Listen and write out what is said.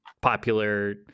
popular